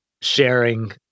sharing